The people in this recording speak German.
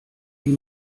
die